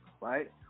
right